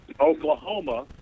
Oklahoma